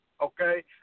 okay